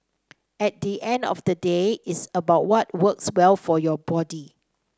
at the end of the day it's about what works well for your body